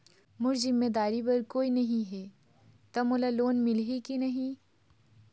मोर जिम्मेदारी बर कोई नहीं हे त मोला लोन मिलही की नहीं?